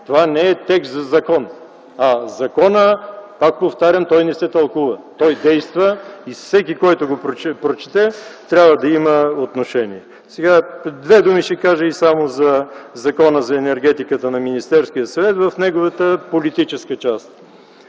Това не е текст за закон. Законът, пак повтарям, той не се тълкува. Той действа и всеки, който го прочете, трябва да има отношение. Две думи ще кажа само за Закона за енергетиката на Министерския съвет в неговата политическа част.